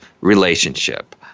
relationship